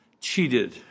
cheated